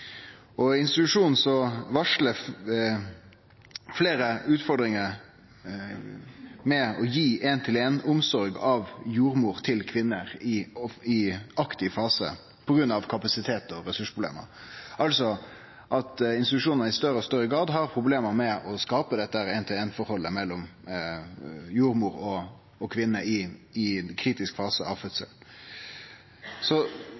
uplanlagd, utanfor institusjon. Dette aukar risikoen og skapar utryggleik. Og i institusjonane varslar fleire om utfordringar med å gi ein-til-ein-omsorg av jordmor til kvinner i aktiv fase på grunn av kapasitets- og ressursproblem, altså at institusjonar i større og større grad har problem med å skape dette ein-til-ein-forholdet mellom jordmor og kvinne i kritisk fase av fødsel. Så